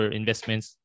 investments